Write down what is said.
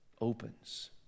opens